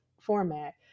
format